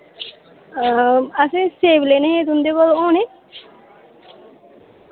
असें सेब लेने हे तुंदे कोल होने